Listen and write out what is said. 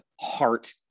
heart